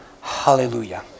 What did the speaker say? Hallelujah